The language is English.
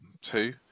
two